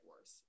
worse